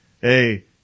Hey